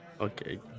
Okay